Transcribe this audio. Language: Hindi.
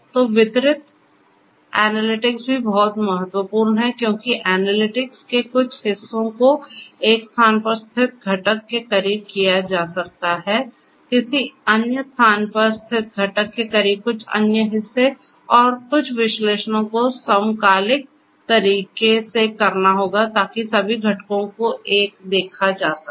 तो वितरित एनालिटिक्स भी बहुत महत्वपूर्ण है क्योंकि एनालिटिक्स के कुछ हिस्सों को एक स्थान पर स्थित घटक के करीब किया जा सकता है किसी अन्य स्थान पर स्थित घटक के करीब कुछ अन्य हिस्से और कुछ विश्लेषणों को समकालिक तरीके से करना होगा ताकि सभी घटकों को एक देखा जा सके